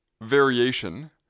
variation